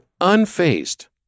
unfazed